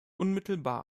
unmittelbar